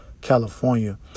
California